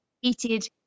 heated